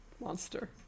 monster